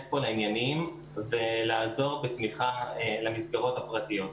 להיכנס פה לעניינים ולעזור בתמיכה למסגרות הפרטיות,